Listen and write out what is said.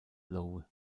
lowe